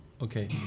Okay